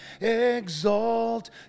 exalt